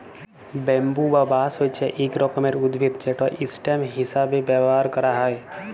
bamboo বা বাঁশ হছে ইক রকমের উদ্ভিদ যেট ইসটেম হিঁসাবে ব্যাভার ক্যারা হ্যয়